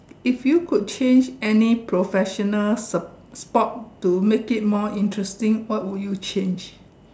if you could change any professional s~ sport to make it more interesting what would you change